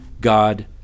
God